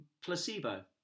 placebo